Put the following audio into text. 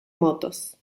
motos